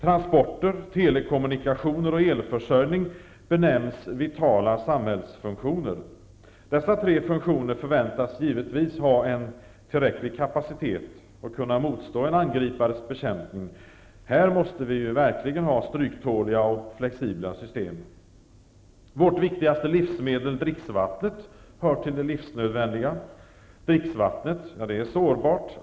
Transporter, telekommunikationer och elförsörjning benämns vitala samhällsfunktioner. Dessa tre funktioner förväntas givetvis ha tillräcklig kapacitet och kunna motstå en angripares bekämpning. Här måste vi verkligen ha stryktåliga och flexibla system. Vårt viktigaste livsmedel, dricksvattnet, hör till det livsnödvändiga. Dricksvattnet är sårbart.